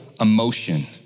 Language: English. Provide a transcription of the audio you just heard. emotion